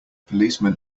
policemen